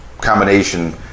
combination